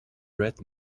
bret